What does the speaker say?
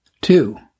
Two